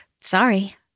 Sorry